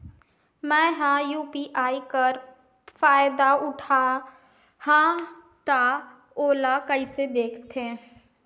मैं ह यू.पी.आई कर फायदा उठाहा ता ओला कइसे दखथे?